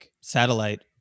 satellite